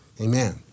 Amen